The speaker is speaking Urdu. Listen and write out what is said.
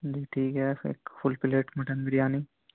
جی ٹھیک ہے پھر ایک فل پلیٹ مٹن بریانی